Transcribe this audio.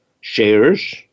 shares